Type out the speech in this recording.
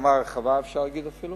אפשר להגיד שאפילו